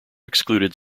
excluded